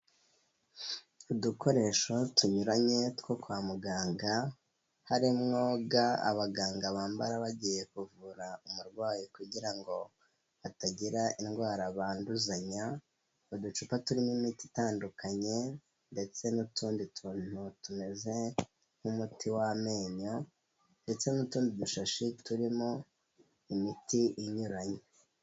Udukoresho tunyuranye two kwa muganga harimo ga abaganga bambara bagiye kuvura umurwayi kugira ngo batagira indwara banduzanya, uducupa turimo imiti itandukanye ndetse n'utundi tuntu tumeze nk'umuti w'amenyo ndetse n'utundi dushashi turimo imiti inyuranye.